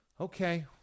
Okay